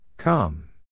Come